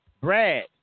Brad